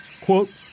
Quote